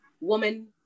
woman